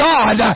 God